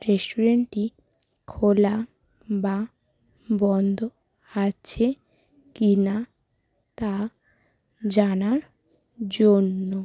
রেস্টুরেন্টটি খোলা বা বন্ধ আছে কি না তা জানার জন্য